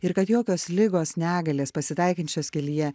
ir kad jokios ligos negalės pasitaikančios kelyje